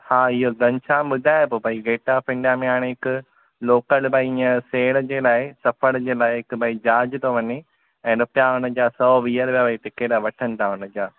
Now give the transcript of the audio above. हा इहो घनशाम ॿुधाए पियो भई गेट ऑफ़ इंडिया में हाणे हिकु लोकल भई हीअं सैर जे लाइ सफ़र लाइ हिकु भई जहाज थो वञे ऐं रुपिया हुन जा सौ वीह रुपिया भई टिकट आहे वठनि था हुन जा